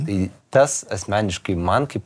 tai tas asmeniškai man kaip